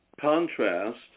contrast